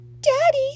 Daddy